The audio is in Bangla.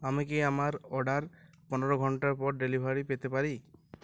আমি কি আমাার অডার পনেরো ঘন্টার পর ডেলিভারি পেতে পারি